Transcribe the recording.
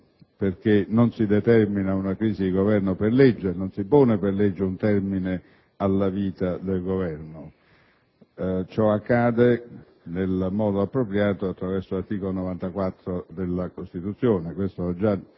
Governo. Non si determina una crisi di Governo per legge, non si pone per legge un termine alla vita dell'Esecutivo. Ciò accade nel modo appropriato attraverso l'articolo 94 della Costituzione: questo l'ho già